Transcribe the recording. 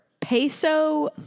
Peso